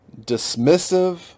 dismissive